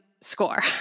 score